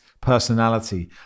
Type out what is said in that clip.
personality